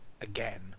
again